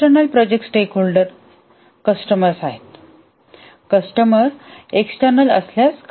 external project stakeholder customers आहेत customers external असल्यास